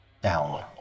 down